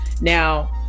now